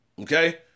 okay